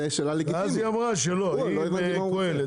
והיא אמרה: לא, אני בקהלת.